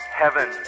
heaven